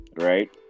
right